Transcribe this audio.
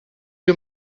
you